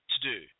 to-do